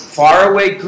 faraway